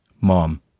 Mom